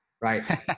right